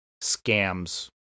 scams